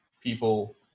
people